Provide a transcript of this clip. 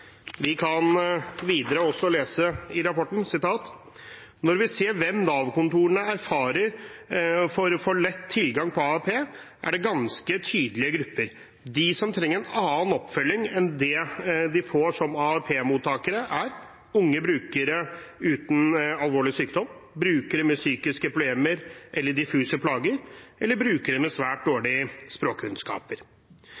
Vi kan videre lese i rapporten: «Når vi ser hvem NAV-kontorene erfarer for lett får tilgang på AAP, er dette ganske tydelige grupper. De som trenger en annen oppfølging enn det de får som AAP?mottakere er: · Unge brukere uten alvorlig sykdom · Brukere med psykiske problemer eller diffuse plager · Brukere med svært